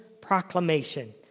proclamation